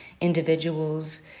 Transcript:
individuals